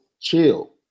chill